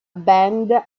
band